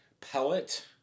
pellet